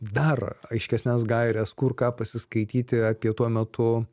dar aiškesnes gaires kur ką pasiskaityti apie tuo metu